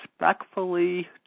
respectfully